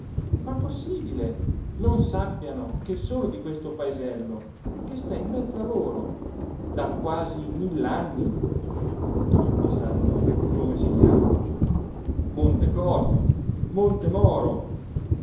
ma possibile non sappiano che sono di questo paesello che sta in mezzo a loro da quasi mill'anni tutti sanno come si chiamano monte corno